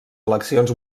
eleccions